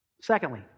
Secondly